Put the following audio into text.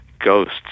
ghosts